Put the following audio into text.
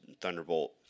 Thunderbolt